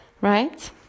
right